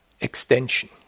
extension